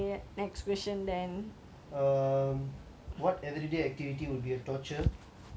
um what everyday activity would be torture if you had to do it for eight hours straight